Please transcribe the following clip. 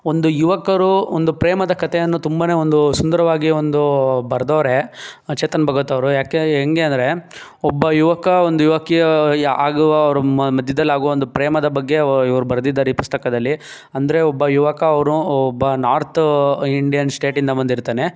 ಒಂದು ಯುವಕರು ಒಂದು ಪ್ರೇಮದ ಕತೆಯನ್ನು ತುಂಬನೇ ಒಂದೂ ಸುಂದರವಾಗಿ ಒಂದು ಬರೆದವ್ರೆ ಚೇತನ್ ಭಗತ್ ಅವರು ಏಕೆ ಹೆಂಗೆ ಅಂದರೆ ಒಬ್ಬ ಯುವಕ ಒಂದು ಯುವಕಿಯ ಯಾ ಆಗುವ ಅವರ ಮಧ್ಯದಲ್ಲಿ ಆಗುವ ಒಂದು ಪ್ರೇಮದ ಬಗ್ಗೆ ಅವು ಇವ್ರು ಬರೆದಿದ್ದಾರೆ ಈ ಪುಸ್ತಕದಲ್ಲಿ ಅಂದರೆ ಒಬ್ಬ ಯುವಕ ಅವನು ಒಬ್ಬ ನಾರ್ತ್ ಇಂಡಿಯನ್ ಸ್ಟೇಟಿಂದ ಬಂದಿರ್ತಾನೆ